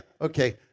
okay